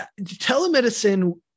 telemedicine